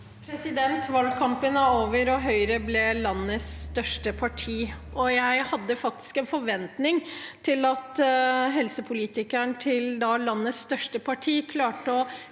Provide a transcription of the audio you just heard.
Valgkampen er over, og Høyre ble landets største parti. Jeg hadde faktisk en forventning til at helsepolitikeren til landets største parti klarte å